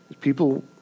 People